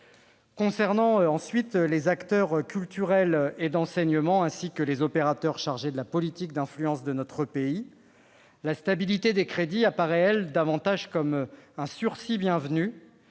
Concernant les acteurs culturels et l'enseignement ainsi que les opérateurs chargés de la politique d'influence de notre pays, la stabilité des crédits apparaît davantage comme un sursis bienvenu,